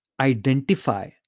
identify